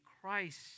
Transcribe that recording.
Christ